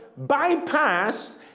bypassed